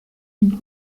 une